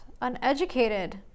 uneducated